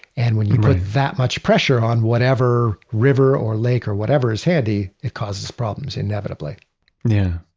and when you put that much pressure on whatever river or lake or whatever is handy, it causes problems inevitably yeah.